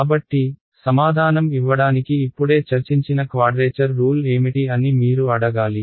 కాబట్టి సమాధానం ఇవ్వడానికి ఇప్పుడే చర్చించిన క్వాడ్రేచర్ రూల్ ఏమిటి అని మీరు అడగాలి